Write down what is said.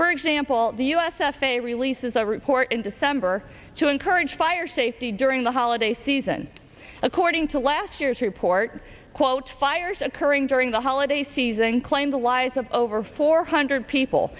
for example the u s f a a releases a report in december to encourage fire safety during the holiday season according to last year's report quote fires occurring during the holiday season claimed the lives of over four hundred people